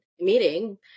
meeting